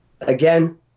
Again